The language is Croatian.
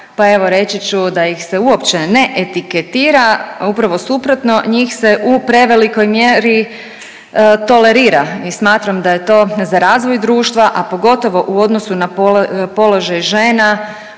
Pa evo reći ću da ih se uopće ne etiketira, upravo suprotno njih se u prevelikoj mjeri tolerira i smatram da je to za razvoj društva, a pogotovo u odnosu na položaj žena